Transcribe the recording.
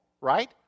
right